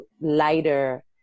lighter